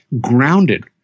grounded